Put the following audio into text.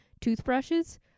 toothbrushes